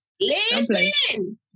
Listen